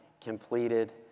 completed